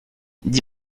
dis